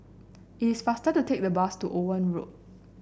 it is faster to take the bus to Owen Road